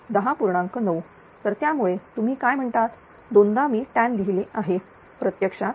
9 तर त्यामुळे तुम्ही काय म्हणतात दोनदा मी tan लिहिले आहे प्रत्यक्षात432